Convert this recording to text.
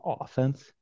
offense